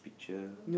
picture